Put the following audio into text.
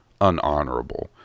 unhonorable